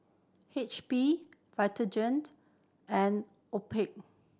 H P Vitagen and Obaku